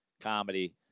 comedy